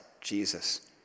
Jesus